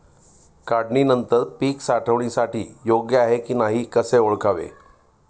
काढणी नंतर पीक साठवणीसाठी योग्य आहे की नाही कसे ओळखावे?